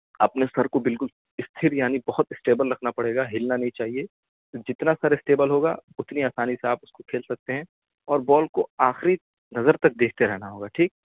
اپنے سر کو بالکل استھر یعنی بہت اسٹیبل رکھنا پڑے گا ہلنا نہیں چاہیے جتنا سر اسٹیبل ہوگا اتنی آسانی سے آپ اس کو کھیل سکتے ہیں اور بال کو آخری نظر تک دیکھتے رہنا ہوگا ٹھیک